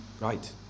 Right